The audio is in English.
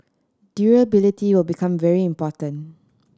durability will become very important